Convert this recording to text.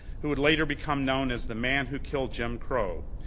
who would later become known as the man who killed jim crow.